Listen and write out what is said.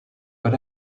but